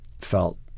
felt